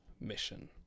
mission